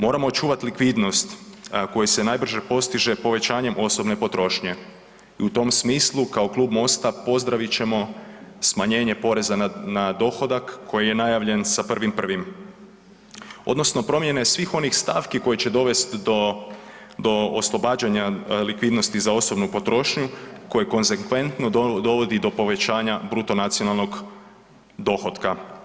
Moramo očuvat likvidnost koji se najbrže postiže povećanjem osobne potrošnje i u tom smislu kao Klub MOST-a pozdravit ćemo smanjenje poreza na, na dohodak koji je najavljen sa 1.1. odnosno promijene svih onih stavki koje će dovest do, do oslobađanja likvidnosti za osobnu potrošnju koje konzekventno dovodi do povećanja bruto nacionalnog dohotka.